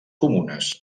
comunes